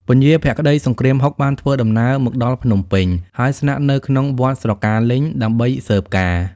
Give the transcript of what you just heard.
ពញាភក្តីសង្គ្រាមហុក បានធ្វើដំណើរមកដល់ភ្នំពេញ ហើយស្នាក់នៅក្នុង វត្តស្រកាលេញ ដើម្បីស៊ើបការណ៍។